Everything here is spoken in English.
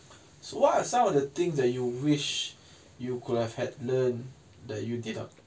so what are some of the thing that you wish you could have had learned that you did not